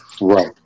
Right